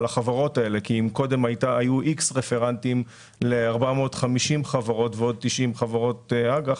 החברות האלה כי אם קודם היו איקס רפרנטים ל-450 חברות ועוד 90 חברות אג"ח,